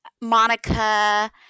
Monica